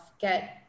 get